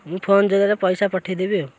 ମୁଁ ଫୋନ୍ ଯୋଗେରେ ପଇସା ପଠାଇଦେବି ଆଉ